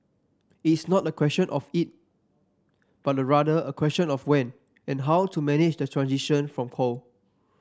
is not a question of if but rather a question of when and how to manage the transition from coal